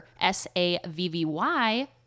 S-A-V-V-Y